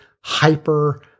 hyper